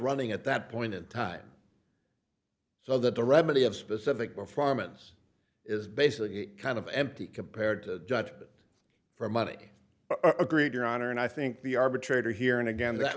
running at that point in time so that the remedy of specific performance is basically kind of empty compared to judge it for money agreed your honor and i think the arbitrator here and again that